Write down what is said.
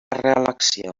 reelecció